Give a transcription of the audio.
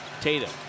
Tatum